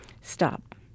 Stop